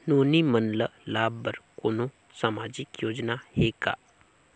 नोनी मन ल लाभ बर कोनो सामाजिक योजना हे का?